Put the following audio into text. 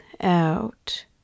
out